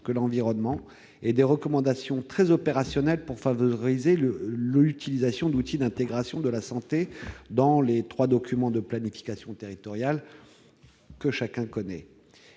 que l'environnement, et des recommandations très opérationnelles pour favoriser l'utilisation d'outils d'intégration de la santé dans les trois documents de planification territoriale que chacun connaît.